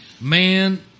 Man